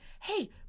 hey